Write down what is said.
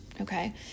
okay